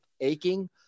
aching